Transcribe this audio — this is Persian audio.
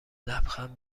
لبخند